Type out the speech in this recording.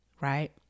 right